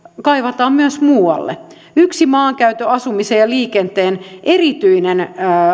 kaivataan myös muualle yksi maankäytön asumisen ja liikenteen erityinen